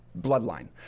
Bloodline